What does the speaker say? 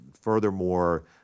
furthermore